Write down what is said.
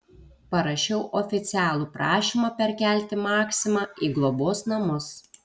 parašiau oficialų prašymą perkelti maksimą į globos namus